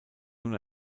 nun